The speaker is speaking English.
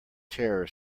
terror